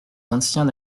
d’ancien